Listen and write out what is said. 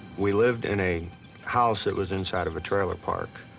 we lived in a house that was inside of a trailer park.